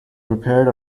prepared